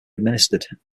administered